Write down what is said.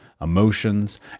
emotions